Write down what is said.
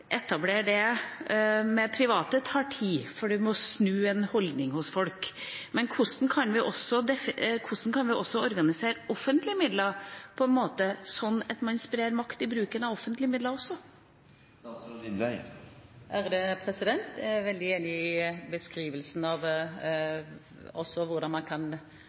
for man må snu en holdning hos folk. Hvordan kan man organisere offentlige midler på en slik måte at man også sprer makt ved bruk av disse? Jeg er veldig enig i beskrivelsen av hvordan man kan